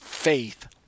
faith